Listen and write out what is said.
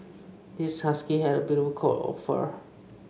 this husky has a beautiful coat of fur